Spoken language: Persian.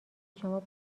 شما